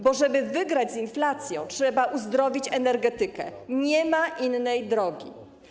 Aby wygrać z inflacją, trzeba uzdrowić energetykę, nie ma innej drogi.